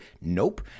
Nope